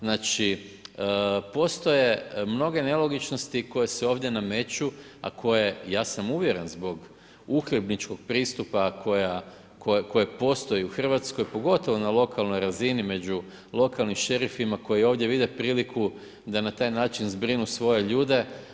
Znači, postoje mnoge nelogičnosti koje se ovdje nameću, a koje, ja sam uvjeren zbog uhljebničkog pristupa koji postoji u RH, pogotovo na lokalnoj razini među lokalnim šerifima koji ovdje vide priliku da na taj način zbrinu svoje ljude.